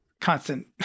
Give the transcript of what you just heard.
constant